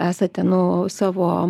esate nu savo